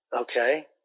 okay